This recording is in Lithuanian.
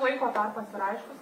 laiko tarpas yra aiškus